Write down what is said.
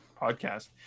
podcast